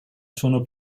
sono